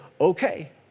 okay